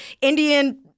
Indian